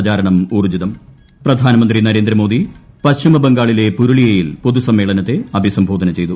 പ്രചാരണം ഊർജ്ജിതം പ്രധാനമന്ത്രി നരേന്ദ്രമോദി പശ്ചിമബംഗാളിലെ പുരുളിയയിൽ പൊതു സമ്മേളനത്തെ അഭിസംബോധന ചെയ്തു